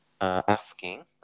asking